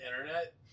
internet